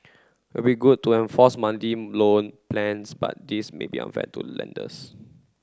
it'd be good to enforce monthly loan plans but this may be unfair to lenders